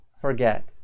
forget